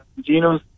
Gino